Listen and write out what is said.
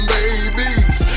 babies